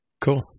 Cool